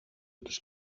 τους